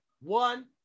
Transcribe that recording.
one